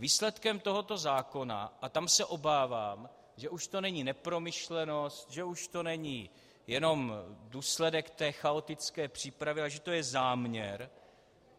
Výsledkem tohoto zákona, a tam se obávám, že už to není nepromyšlenost, že už to není jenom důsledek té chaotické přípravy, ale že to je záměr,